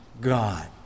God